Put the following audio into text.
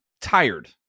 tired